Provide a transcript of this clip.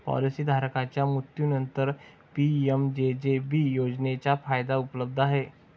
policy धारकाच्या मृत्यूनंतरच PMJJB योजनेचा फायदा उपलब्ध आहे